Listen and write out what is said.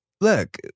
Look